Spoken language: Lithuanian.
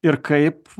ir kaip